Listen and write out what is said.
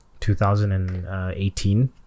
2018